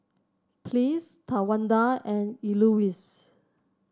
Pleas Tawanda and Elouise